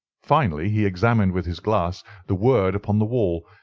finally, he examined with his glass the word upon the wall,